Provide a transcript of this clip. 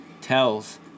tells